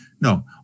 No